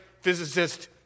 physicist